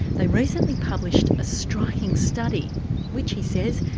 they recently published a striking study which, he says,